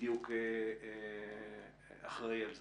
בדיוק אחראי על זה.